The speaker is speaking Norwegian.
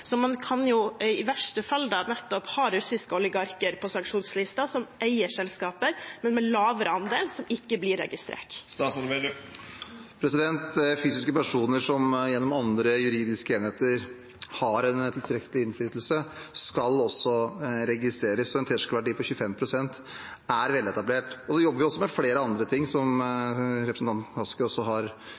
Man kan i verste fall ha russiske oligarker på sanksjonslisten som eier selskaper, men med lavere andel, som ikke blir registrert. Fysiske personer som gjennom andre juridiske enheter har en tilstrekkelig innflytelse, skal også registreres, og en terskelverdi på 25 pst. er veletablert. Vi jobber også med flere andre ting, som representanten Kaski også har